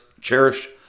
cherish